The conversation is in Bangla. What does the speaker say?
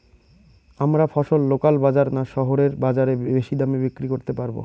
আমরা ফসল লোকাল বাজার না শহরের বাজারে বেশি দামে বিক্রি করতে পারবো?